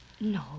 No